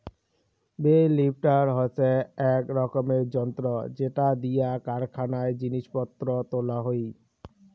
bell lifter হসে আক রকমের যন্ত্র যেটা দিয়া কারখানায় জিনিস পত্র তোলা হই